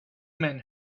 men